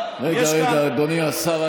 ידעתי שתגיד את זה.